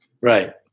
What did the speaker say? Right